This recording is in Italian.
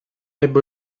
ebbe